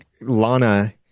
lana